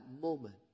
moment